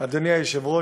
אדוני היושב-ראש,